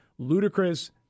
Ludicrous